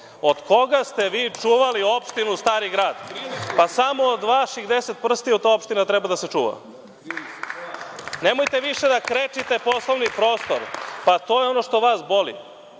Od koga ste vi čuvali opštinu Stari Grad? Pa samo od vaših deset prstiju ta opština treba da se čuva. Nemojte više da krečite poslovni prostor, pa to je ono što vas boli.